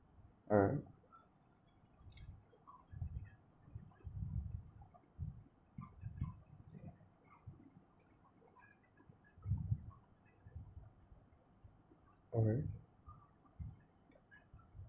alright mmhmm